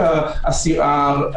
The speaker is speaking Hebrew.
ניהלתי עשרות רבות של הליכי חדלות פירעון.